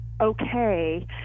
okay